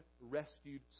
rescued